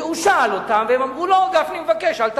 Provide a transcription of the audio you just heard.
הוא שאל אותם, והם אמרו לו: גפני מבקש, אל תביא.